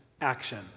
action